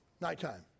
nighttime